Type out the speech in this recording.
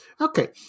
Okay